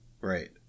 Right